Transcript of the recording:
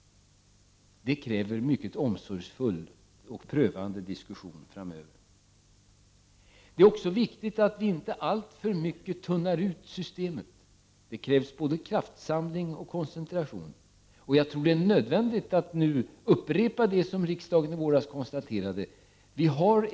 Det kräver mycket omsorgsfulla och prövande diskussioner framöver. Det är också viktigt att vi inte tunnar ut systemet alltför mycket. Det krävs både kraftsamling och koncentration. Det är nu nödvändigt att upprepa vad riksdagen konstaterade i våras.